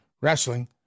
wrestling